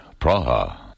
Praha